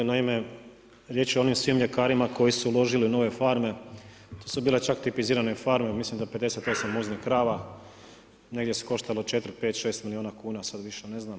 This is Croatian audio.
Naime, riječ je o svim onim mljekarima koji su uložili u nove farme to su bile čak tipizirane farme, mislim da 58 muznih krava negdje su koštale 4, 5, 6 milijuna kuna, sada više ne znam.